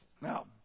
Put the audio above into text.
Now